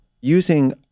using